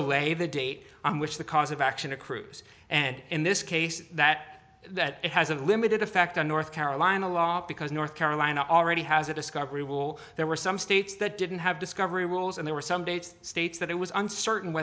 delay the date on which the cause of action accrues and in this case that that has a limited effect on north carolina law because north carolina already has a discovery will there were some states that didn't have discovery rules and there were some dates states that it was uncertain